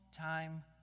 time